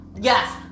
Yes